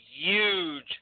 huge